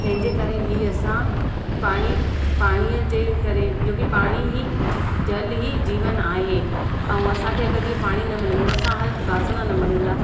तंहिंजे करे ई असां पाणी पाणीअ जे करे छोकी पाणी ई जल ई जीवन आहे ऐं असांखे अगरि जीअं पाणी न मिलंदो आहे असां हलु ॿासण न मलिंदा